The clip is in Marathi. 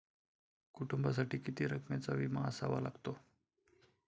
कुटुंबासाठी किती रकमेचा विमा असावा लागतो?